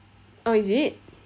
oh is it